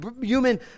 human